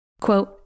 Quote